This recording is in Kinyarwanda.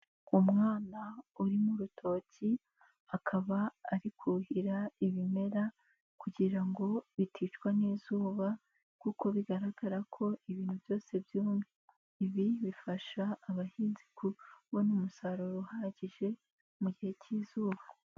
Umwana uri mu rutoki akaba ari kuhira ibimera kugira ngo biticwa n'izuba kuko bigaragara ko ibintu byose byumye, ibi bifasha abahinzi kubona umusaruro uhagije mu gihe cy'izuba.